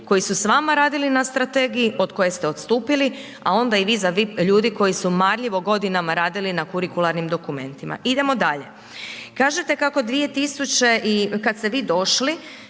koji su s vama radili na strategiji od koje ste odstupili, a onda i vi za vi ljudi koji su marljivo godinama radili na kurikularnim dokumentima. Idemo dalje, kažete kao dvijetisuće i, kad ste vi došli